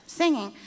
singing